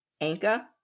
Anka